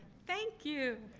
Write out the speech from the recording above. thank you!